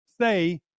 say